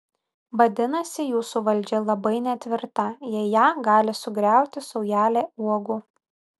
vadinasi jūsų valdžia labai netvirta jei ją gali sugriauti saujelė uogų